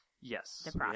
yes